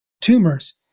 tumors